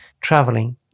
traveling